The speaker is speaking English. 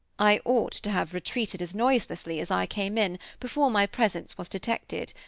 i ought to have retreated as noiselessly as i came in, before my presence was detected.